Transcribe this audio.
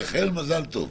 רח"ל, מזל טוב.